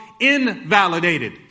invalidated